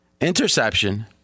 Interception